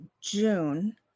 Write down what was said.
June